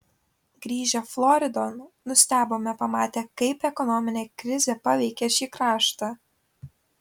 grįžę floridon nustebome pamatę kaip ekonominė krizė paveikė šį kraštą